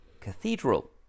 Cathedral